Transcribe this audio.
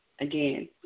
again